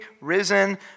risen